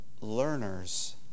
learners